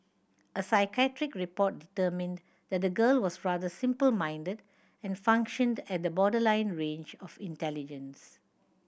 a psychiatric report determined that the girl was rather simple minded and functioned at the borderline range of intelligence